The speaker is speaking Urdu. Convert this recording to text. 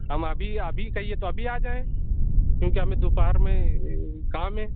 ہم ابھی ابھی کہیے تو ابھی آ جائیں کیونکہ ہمیں دوپہر میں کام ہے